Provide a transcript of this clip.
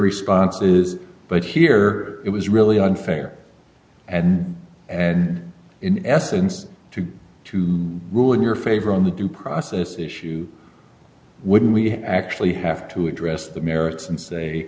response is but here it was really unfair and and in essence to to rule in your favor on the due process issue wouldn't we actually have to address the merits and say